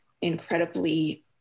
incredibly